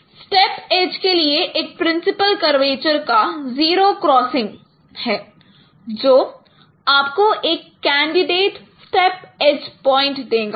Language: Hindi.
स्थेप एज के लिए एक प्रिंसिपल कर्वेचर का जीरो क्रॉसिंग है जो आपको एक कैंडिडेट स्थेप एज पॉइंट देगा